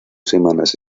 semanas